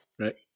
right